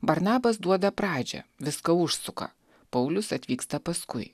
barnabas duoda pradžią viską užsuka paulius atvyksta paskui